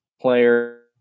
player